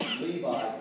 Levi